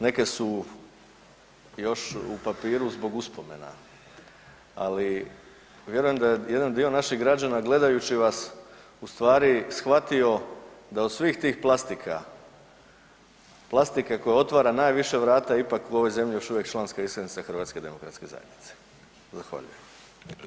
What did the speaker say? Neke su još u papiru zbog uspomena, ali vjerujem da je jedan dio naših građana gledajući vas u stvari shvatio da od svih tih plastika, plastika koja otvara najviše vrata ipak u ovoj zemlji je još uvijek članska iskaznica HDZ-a.